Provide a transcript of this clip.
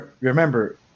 remember